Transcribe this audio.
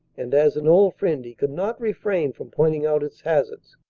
and as an old friend he could not refrain from point ing out its hazards.